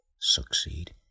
succeed